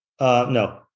No